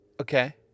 Okay